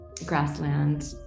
Grassland